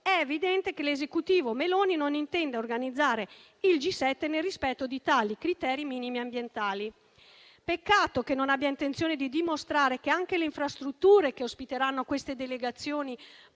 è evidente che l'Esecutivo Meloni non intenda organizzare il G7 nel rispetto di tali criteri minimi ambientali. Peccato che non abbia intenzione di dimostrare che anche le infrastrutture che ospiteranno le delegazioni